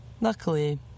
luckily